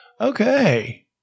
Okay